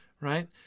Right